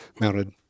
mounted